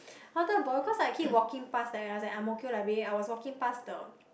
I wanted to borrow cause I keep walking past I was at Ang-Mo-Kio library and I was walking past the